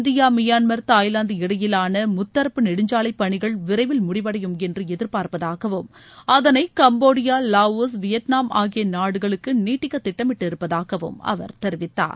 India Myanmar Thailand இடையிலான முத்தரப்பு நெடுஞ்சாலை பணிகள் விரைவில் முடிவடையும் என்று எதிர்பார்ப்பதாகவும் அதனை கம்போடியா வாவோஸ் வியட்நாம் ஆகிய நாடுகளுக்கு நீட்டிக்க திட்டமிட்டிருப்பதாகவும் அவர் தெரிவித்தார்